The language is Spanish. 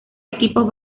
equipos